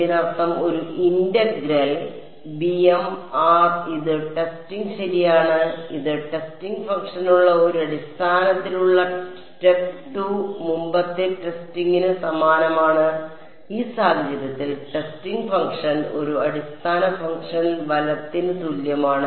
ഇതിനർത്ഥം ഒരു ഇന്റഗ്രൽ ഇത് ടെസ്റ്റിംഗ് ശരിയാണ് ഇത് ടെസ്റ്റിംഗ് ഫംഗ്ഷനുള്ള ഒരു അടിസ്ഥാനത്തിലുള്ള സ്റ്റെപ്പ് 2 മുമ്പത്തെ ടെസ്റ്റിംഗിന് സമാനമാണ് ഈ സാഹചര്യത്തിൽ ടെസ്റ്റിംഗ് ഫംഗ്ഷൻ ഒരു അടിസ്ഥാന ഫംഗ്ഷൻ വലത്തിന് തുല്യമാണ്